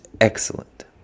excellent